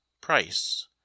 price